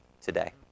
today